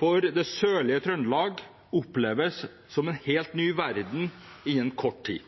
for det sørlige Trøndelag oppleves som en helt ny verden innen kort tid.